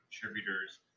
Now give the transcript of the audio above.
contributors